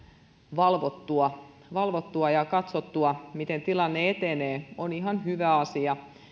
valvottua valvottua ja katsottua miten tilanne etenee on ihan hyvä asia